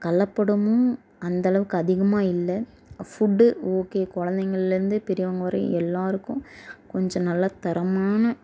கலப்படமும் அந்த அளவுக்கு அதிகமாக இல்லை ஃபுட்டு ஓகே குழந்தைங்கள்லேந்து பெரியவங்க வரையும் எல்லாருக்கும் கொஞ்சம் நல்லா தரமான